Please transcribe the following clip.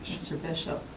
mr bishop,